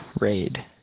raid